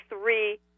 three